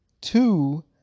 two